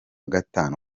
gatanu